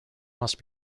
must